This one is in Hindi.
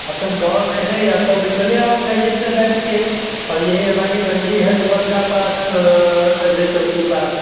अच्छा तो गाँव में हैं या तो फिर चले आओ मैजिक से बैठ के और यहीं हमारी मंडी है बग्गा पास अंधे चौकी के पास